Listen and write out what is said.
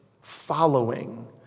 following